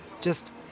Just-